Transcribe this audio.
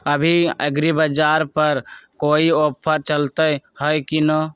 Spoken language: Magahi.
अभी एग्रीबाजार पर कोई ऑफर चलतई हई की न?